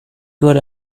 good